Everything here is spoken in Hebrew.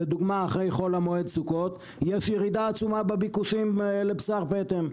לדוגמה אחרי חול המועד סוכות יש ירידה עצומה בביקושים לבשר פטם.